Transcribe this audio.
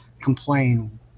complain